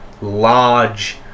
large